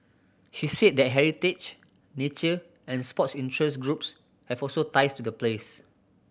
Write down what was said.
she said that heritage nature and sports interest groups have also ties to the place